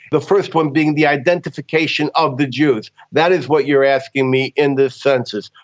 the first one being the identification of the jews. that is what you are asking me in this census.